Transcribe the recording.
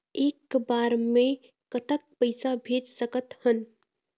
एक बार मे कतक पैसा भेज सकत हन?